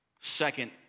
Second